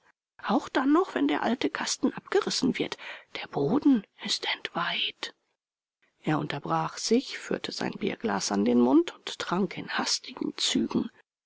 auch dann noch wenn der alte kasten abgerissen wird der boden ist entweiht er unterbrach sich führte sein bierglas an den mund und trank in hastigen zügen